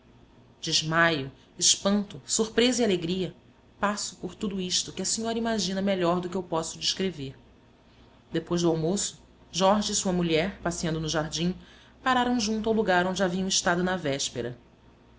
desmaio espanto surpresa e alegria passo por tudo isto que a senhora imagina melhor do que eu posso descrever depois do almoço jorge e sua mulher passeando no jardim pararam junto ao lugar onde haviam estado na véspera